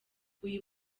uyu